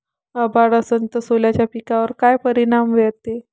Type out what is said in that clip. अभाळ असन तं सोल्याच्या पिकावर काय परिनाम व्हते?